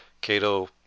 Cato